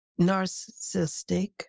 narcissistic